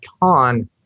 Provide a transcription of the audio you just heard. con